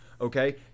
okay